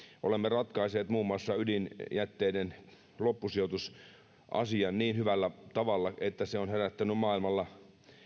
olemme ratkaisseet muun muassa ydinjätteiden loppusijoitusasian niin hyvällä tavalla että se on herättänyt maailmalla